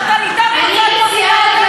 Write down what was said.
בטוטליטריות,